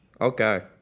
Okay